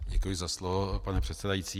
Děkuji za slovo, pane předsedající.